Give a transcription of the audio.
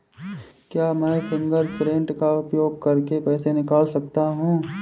क्या मैं फ़िंगरप्रिंट का उपयोग करके पैसे निकाल सकता हूँ?